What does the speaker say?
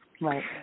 Right